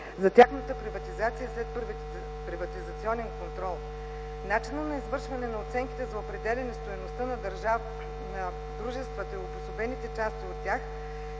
за тяхната приватизация и следприватизационен контрол. Начинът за извършване на оценките за определяне стойността на дружествата и обособените части от тях